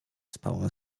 spałem